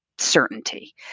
certainty